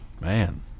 man